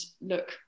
look